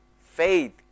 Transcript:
faith